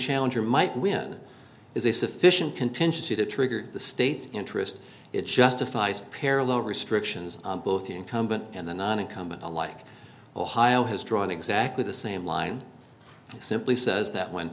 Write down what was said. challenger might win is a sufficient contingency to trigger the state's interest it justifies parallel restrictions both the incumbent and the non incumbent alike ohio has drawn exactly the same line simply says that when